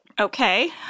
Okay